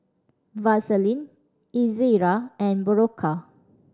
Vaselin Ezerra and Berocca